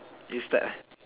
you start ah